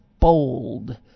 bold